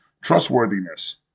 trustworthiness